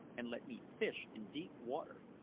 and let me fish in deep water!